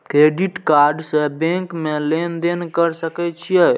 Credit card से bank में लेन देन कर सके छीये?